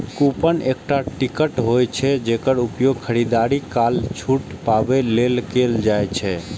coupon एकटा ticket होइ छै, जेकर उपयोग खरीदारी काल छूट पाबै लेल कैल जाइ छै